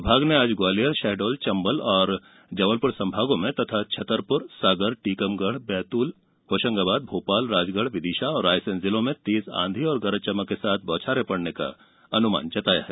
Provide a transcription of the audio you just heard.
विभाग ने आज ग्वालियर शहडोल चंबल और जबलपुर संभागों में तथा छतरपुर सागर टीकमगढ़ बैतूल होशंगाबाद भोपाल राजगढ़ विदिशा और रायसेन जिलों में तेज आंधी और गरज चमक के साथ बौछारें पड़ने की संभावना जताई है